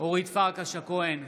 אורית פרקש הכהן,